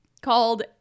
called